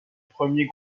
premier